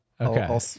Okay